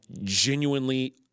genuinely